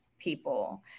people